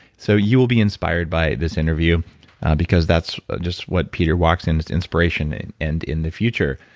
so you will be inspired by this interview because that's just what peter walks in, it's inspiration and in the future.